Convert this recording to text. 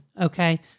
okay